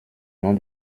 nom